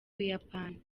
buyapani